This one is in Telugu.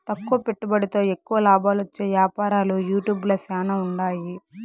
తక్కువ పెట్టుబడితో ఎక్కువ లాబాలొచ్చే యాపారాలు యూట్యూబ్ ల శానా ఉండాయి